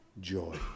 joy